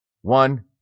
One